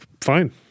fine